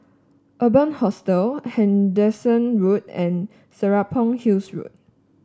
Urban Hostel Henderson Road and Serapong Hills Road